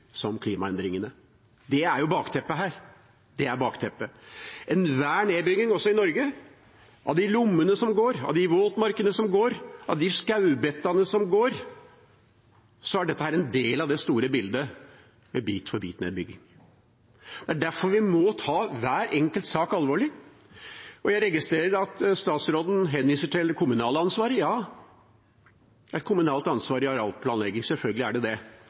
som klimaendringene er. Det er bakteppet her. Enhver nedbygging – også i Norge – av de lommene som går, av de våtmarkene som går, av de skogsbitene som går, er en del av det store bildet ved bit-for-bit nedbygging. Det er derfor må vi ta hver enkelt sak alvorlig. Jeg registrerer at statsråden henviser til det kommunale ansvaret. Ja, det er et kommunalt ansvar i arealplanleggingen, selvfølgelig er det det,